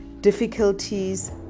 difficulties